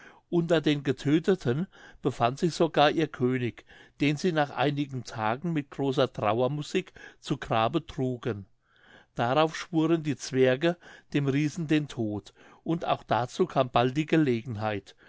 unter den getödteten befand sich sogar ihr könig den sie nach einigen tagen mit großer trauermusik zu grabe trugen darauf schwuren die zwerge dem riesen den tod und auch dazu kam bald die gelegenheit